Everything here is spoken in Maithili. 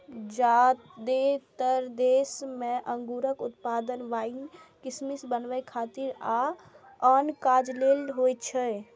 जादेतर देश मे अंगूरक उत्पादन वाइन, किशमिश बनबै खातिर आ आन काज लेल होइ छै